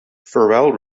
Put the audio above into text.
farrell